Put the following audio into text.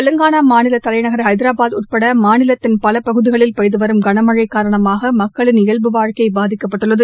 தெலங்கானா மாநில தலைநகர் ஹைராபாத் உட்பட மாநிலத்தின் பல பகுதிகளில் பெய்து வரும் கனமழை காரணமாக மக்களின் இயல்பு வாழ்க்கை பாதிக்கப்பட்டுள்ளது